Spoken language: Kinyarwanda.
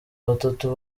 batatu